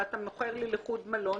מוכר לי לחוד מלון,